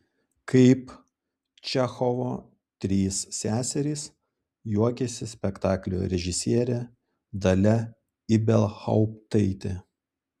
kaip čechovo trys seserys juokiasi spektaklio režisierė dalia ibelhauptaitė